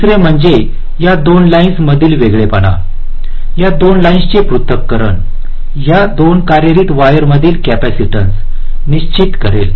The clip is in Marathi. दुसरे म्हणजे या 2 लाईन्समधील वेगळेपणा या 2 लाईन्सचे पृथक्करण या 2 कार्यरत वायरमधील कॅपेसिटन्स निश्चित करेल